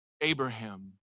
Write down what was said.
Abraham